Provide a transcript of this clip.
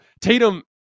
Tatum